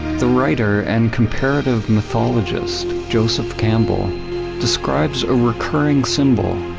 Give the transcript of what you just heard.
the writer and comparative mythologist joseph campbell describes a recurring symbol,